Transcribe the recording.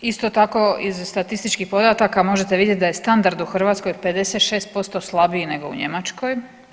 Isto tako, iz statističkih podataka možete vidjeti da je standard u Hrvatskoj 56% slabiji nego u Njemačkoj.